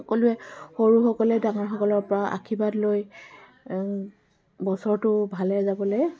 সকলোৱে সৰুসকলে ডাঙৰসকলৰ পৰা আশীৰ্বাদ লৈ বছৰটো ভালে যাবলৈ